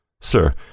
Sir